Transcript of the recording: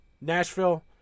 nashville